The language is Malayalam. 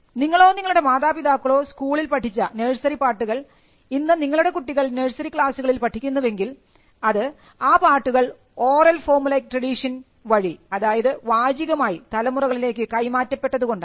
നിങ്ങളോ നിങ്ങളുടെ മാതാപിതാക്കളോ സ്കൂളിൽ പഠിച്ച നഴ്സറി പാട്ടുകൾ ഇന്ന് നിങ്ങളുടെ കുട്ടികൾ നേഴ്സറി ക്ലാസുകളിൽ പഠിക്കുന്നുവെങ്കിൽ അത് ആ പാട്ടുകൾ ഓറൽ ഫോർമുലൈക് ട്രഡിഷൻ വഴി ആയത് വാചികമായി തലമുറകളിലേക്ക് കൈമാറ്റപ്പെട്ടതുകൊണ്ടാണ്